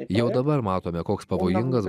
jau dabar matome koks pavojingas